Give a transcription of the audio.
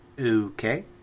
okay